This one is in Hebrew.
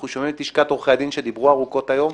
אנחנו שומעים את לשכת עורכי הדין שדיברו ארוכות היום,